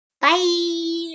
Bye